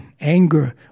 anger